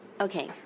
Okay